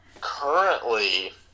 currently